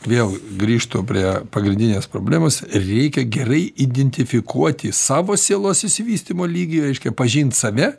vėl grįžtu prie pagrindinės problemos reikia gerai identifikuoti savo sielos išsivystymo lygį reiškia pažint save